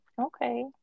Okay